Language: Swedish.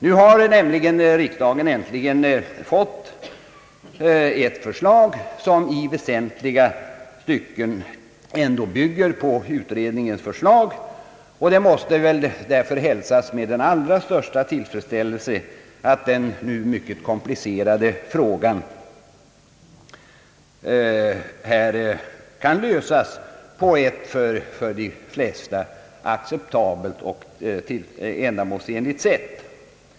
Nu har riksdagen äntligen fått ett förslag som i väsentliga stycken bygger på utredningsförslaget, och det måste hälsas med den allra största tillfredsställelse att den mycket komplicerade frågan nu kan lösas på ett för de flesta acceptabelt och ändamålsenligt sätt.